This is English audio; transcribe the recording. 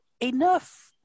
enough